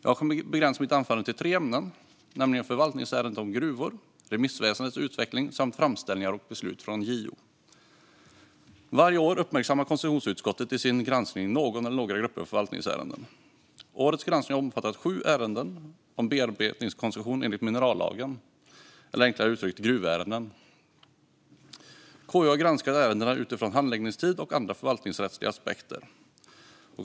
Jag kommer att begränsa mitt anförande till tre ämnen, nämligen förvaltningsärenden om gruvor, remissväsendets utveckling samt framställningar och beslut från JO. Varje år uppmärksammar konstitutionsutskottet i sin granskning någon eller några grupper av förvaltningsärenden. Årets granskning har omfattat sju ärenden om bearbetningskoncession enligt minerallagen eller, enklare uttryckt, gruvärenden. KU har granskat ärendena utifrån handläggningstid och andra förvaltningsrättsliga aspekter.